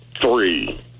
three